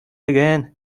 again